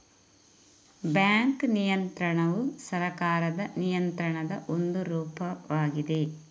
bank ನಿಯಂತ್ರಣವು ಸರ್ಕಾರದ ನಿಯಂತ್ರಣದ ಒಂದು ರೂಪವಾಗಿದೆ